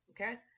Okay